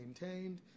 maintained